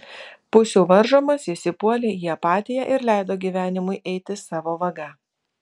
pusių varžomas jis įpuolė į apatiją ir leido gyvenimui eiti savo vaga